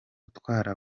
gutwara